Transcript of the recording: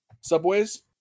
Subways